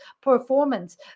performance